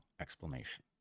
explanation